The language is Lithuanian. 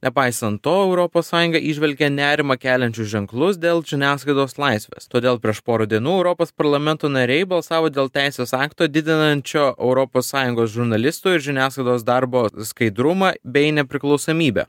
nepaisant to europos sąjunga įžvelgia nerimą keliančius ženklus dėl žiniasklaidos laisvės todėl prieš porą dienų europos parlamento nariai balsavo dėl teisės akto didinančio europos sąjungos žurnalistų ir žiniasklaidos darbo skaidrumą bei nepriklausomybę